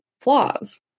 flaws